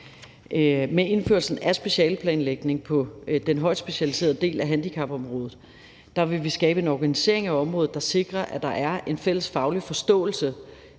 Med indførelsen af specialeplanlægning på den højt specialiserede del af handicapområdet vil vi skabe en organisering af området, der sikrer, at der er en fælles faglig forståelse